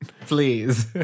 Please